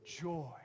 joy